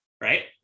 right